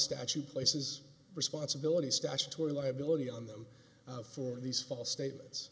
statute places responsibility statutory liability on them for these false statements